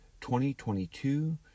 2022